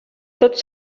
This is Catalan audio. tots